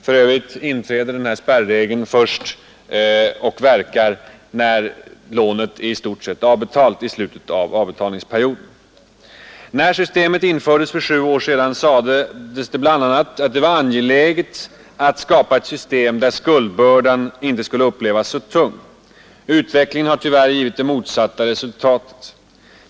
Spärregeln verkar för övrigt först när lånet i stort sett är avbetalt, dvs. i slutet av avbetalningsperioden. När systemet infördes för sju år sedan sades det bl.a. att det var angeläget att skapa ett system där skuldbördan inte skulle upplevas som så tung. Utvecklingen har tyvärr givit det motsatta resultatet.